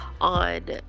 on